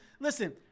listen